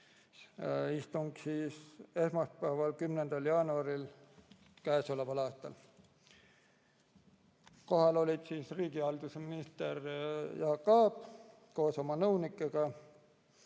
istung oli esmaspäeval, 10. jaanuaril käesoleval aastal. Kohal oli riigihalduse minister Jaak Aab koos oma nõunikega.